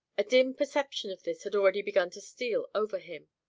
a dim perception of this had already begun to steal over him.